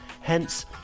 Hence